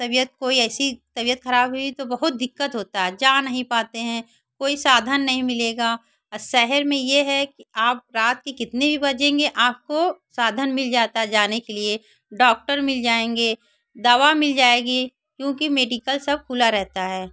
तबीयत कोई ऐसी तबीयत ख़राब हुई तो बहुत दिक़्क़त होती है जा नहीं पाते हैं कोई साधन नहीं मिलेगा शहर में यह है कि आप रात के कितने भी बजेंगे आपको साधन मिल जाता है जाने के लिए डॉक्टर मिल जाएंगे दवा मिल जाएगी क्योंकि मेडिकल सब खुला रहता है